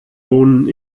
wohnen